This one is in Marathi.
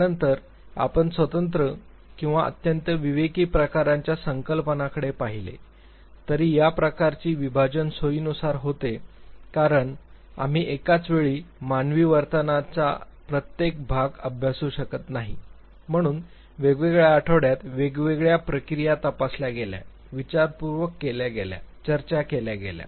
त्यानंतर आम्ही स्वतंत्र किंवा अत्यंत विवेकी प्रकारांच्या संकल्पनांकडे पाहिले तरी या प्रकारची विभाजन सोयीनुसार होते कारण आम्ही एकाच वेळी मानवी वर्तनाचा प्रत्येक भाग अभ्यासू शकत नाही म्हणून वेगवेगळ्या आठवड्यात वेगवेगळ्या प्रक्रिया तपासल्या गेल्या विचारपूर्वक केल्या गेल्या चर्चा केल्या गेल्या